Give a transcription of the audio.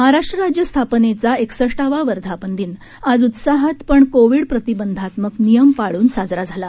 महाराष्ट्र राज्य स्थापनेचा एकसष्टावा वर्धापन दिन आज उत्साहात पण कोविड प्रतिबंधात्मक नियम पाळून साजरा झाला